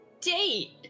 date